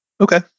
Okay